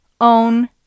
own